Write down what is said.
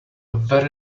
very